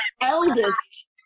eldest